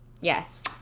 Yes